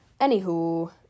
Anywho